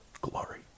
glory